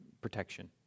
protection